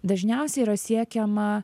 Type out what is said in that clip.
dažniausiai yra siekiama